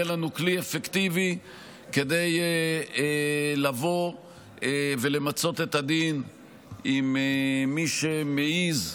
יהיה לנו כלי אפקטיבי כדי לבוא ולמצות את הדין עם מי שמעז,